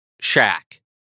shack